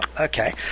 Okay